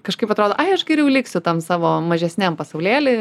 kažkaip atrodo ai aš geriau liksiu tam savo mažesniam pasaulėly